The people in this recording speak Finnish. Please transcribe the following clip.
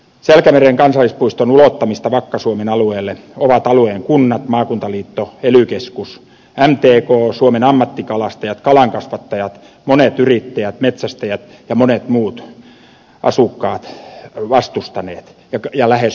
selkämeren kansallispuiston ulottamista vakka suomen alueelle ovat alueen kunnat maakuntaliitto ely keskus mtk suomen ammattikalastajat kalankasvattajat monet yrittäjät metsästäjät ja monet muut asukkaat vastustaneet ja lähes yksimielisesti